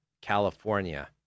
California